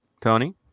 Tony